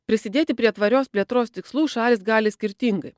prisidėti prie tvarios plėtros tikslų šalys gali skirtingai